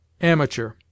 Amateur